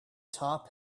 top